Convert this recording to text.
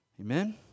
Amen